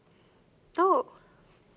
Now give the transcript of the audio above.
oh